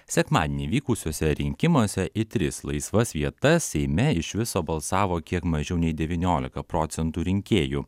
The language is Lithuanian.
sekmadienį vykusiuose rinkimuose į tris laisvas vietas seime iš viso balsavo kiek mažiau nei devyniolika procentų rinkėjų